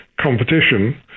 competition